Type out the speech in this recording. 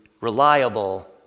reliable